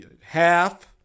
Half